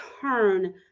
turn